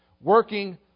working